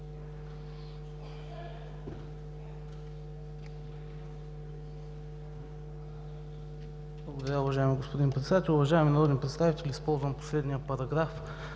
Благодаря, уважаеми господин Председател. Уважаеми народни представители! Използвам последния параграф,